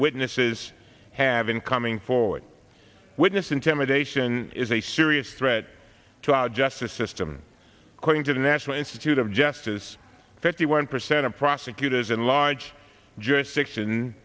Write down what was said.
witnesses have in coming forward witness intimidation is a serious threat to our justice system according to the national institute of justice fifty one percent of prosecutors in large jurisdiction